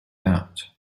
out